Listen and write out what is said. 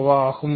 வ என்பது ஆகும்